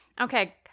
Okay